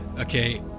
okay